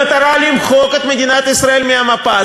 במטרה למחוק את מדינת ישראל מהמפה.